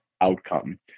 outcome